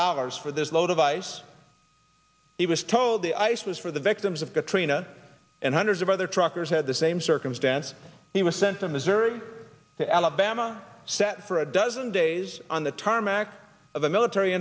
dollars for this low device he was told the ice was for the victims of katrina and hundreds of other truckers had the same circumstance he was sent to missouri to alabama sat for a dozen days on the tarmac of a military